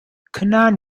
canaan